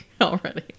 already